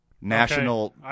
National